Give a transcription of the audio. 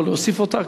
לא להוסיף אותך,